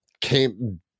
came